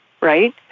right